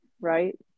right